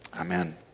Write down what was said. amen